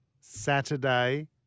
Saturday